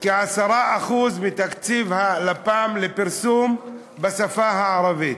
כ-10% מתקציב הלפ"מ לפרסום בשפה הערבית.